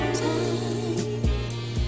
time